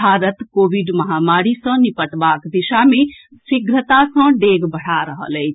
Bharat COVID महामारी सँ निपटबाक दिशा मे शीघ्रता सँ डेग बढ़ा रहल अछि